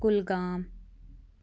Kulgam